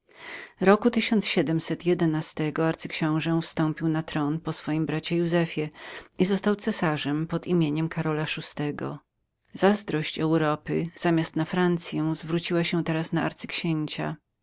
roku arcyksiąże wstąpił na tron po swoim bracie józefie i został cesarzem pod nazwiskiem karola vi zazdrość europy zamiast na francyą zwróciła się całkiem na arcyksięcia